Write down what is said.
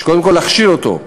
שקודם כול יש להכשיר אותו,